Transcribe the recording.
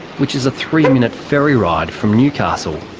which is a three-minute ferry ride from newcastle.